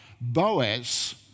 Boaz